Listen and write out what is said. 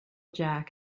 jack